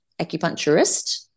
acupuncturist